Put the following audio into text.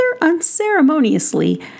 unceremoniously